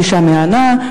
גלישה מהנה,